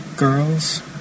girls